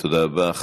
תודה רבה.